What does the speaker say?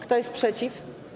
Kto jest przeciw?